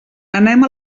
anem